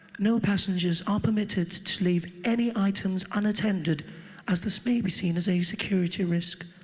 no passengers are permitted to leave any items unattended as this may be seen as a security risk.